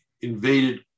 invaded